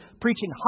preaching